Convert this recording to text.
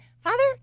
father